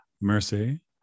Mercy